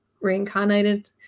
reincarnated